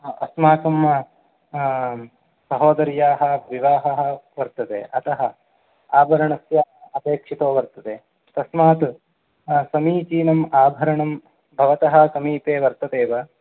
अस्माकम् सहोदर्याः विवाहः वर्तते अतः आभरणस्य अपेक्षितो वर्तते तस्मात् समीचीनम् आभरणं भवतः समीपे वर्तते वा